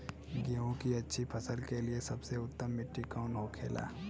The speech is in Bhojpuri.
गेहूँ की अच्छी फसल के लिए सबसे उत्तम मिट्टी कौन होखे ला?